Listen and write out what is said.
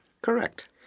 Correct